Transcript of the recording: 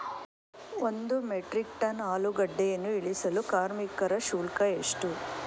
ಒಂದು metric ton ಆಲೂಗೆಡ್ಡೆಯನ್ನು ಇಳಿಸಲು ಕಾರ್ಮಿಕ ಶುಲ್ಕ ಎಷ್ಟು?